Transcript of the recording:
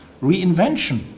reinvention